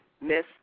Miss